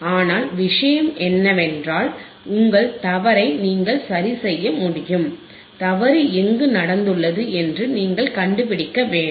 ஆனால் விஷயம் என்னவென்றால் உங்கள் தவறை நீங்கள் சரிசெய்ய முடியும் தவறு எங்கு நடந்துள்ளது என்று நீங்கள் கண்டுபிடிக்க வேண்டும்